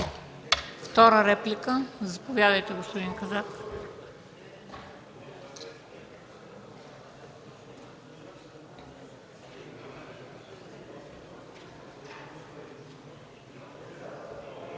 Втора реплика? Заповядайте, господин Казак.